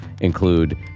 include